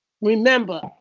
Remember